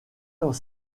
dans